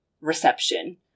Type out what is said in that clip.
reception